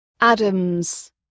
Adams